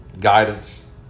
Guidance